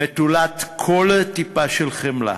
נטולת כל טיפה של חמלה.